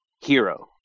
hero